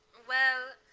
well,